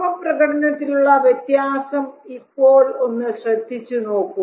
ഭാവ പ്രകടനത്തിലുള്ള വ്യത്യാസം ഇപ്പോൾ ഒന്ന് ശ്രദ്ധിച്ചുനോക്കൂ